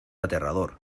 aterrador